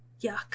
Yuck